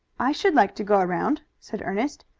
i should like to go around, said ernest.